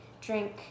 drink